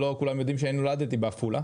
ולא כולם יודעים שאני נולדתי בעפולה,